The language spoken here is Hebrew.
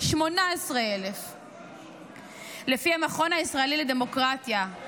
18,000. לפי המכון הישראלי לדמוקרטיה,